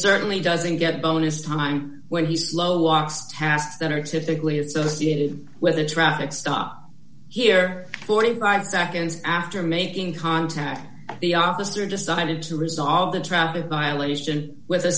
certainly doesn't get bonus time when he slow walks tasks that are typically associated with a traffic stop here forty five seconds after making contact the officer decided to resolve the traffic violation with a